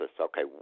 okay